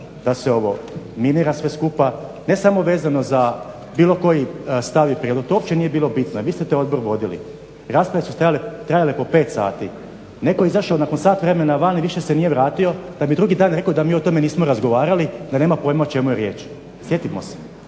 da se ovo minira sve skupa. Ne samo vezano za bilo koji stav ili prijedlog to uopće nije bilo bitno jer vi ste taj odbor vodili. Rasprave su trajale po 5 sati. Netko je izašao nakon sat vremena van i više se nije vratio, da bi drugi dan rekao da mi o tome nismo razgovarali, da nema pojma o čemu je riječ. Sjetimo se.